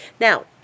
Now